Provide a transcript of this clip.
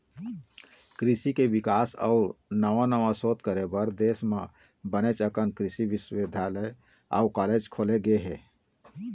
कृषि के बिकास अउ नवा नवा सोध करे बर देश म बनेच अकन कृषि बिस्वबिद्यालय अउ कॉलेज खोले गे हे